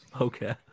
Okay